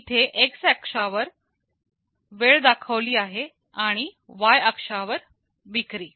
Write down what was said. इथे एक्स अक्षावर वेळ दाखवली आहे आणि वाय अक्षावर विक्री